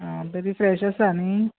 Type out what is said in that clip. आं बरी फ्रेश आसा न्हय